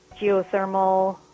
geothermal